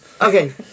Okay